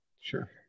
Sure